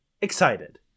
excited